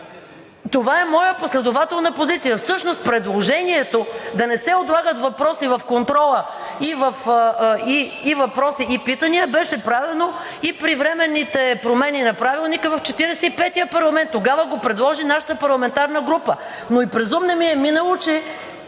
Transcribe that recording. Това е моя последователна позиция. Всъщност предложението да не се отлагат въпроси и питания в контрола беше правено и при временните промени на Правилника в 45-ия парламент. Тогава го предложи нашата парламентарна група, но и през ум не ми е минало, че